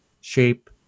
shape